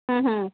हा हा